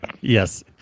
Yes